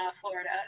Florida